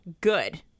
good